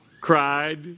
cried